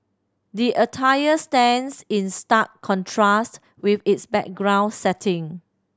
the attire stands in stark contrast with its background setting